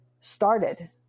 started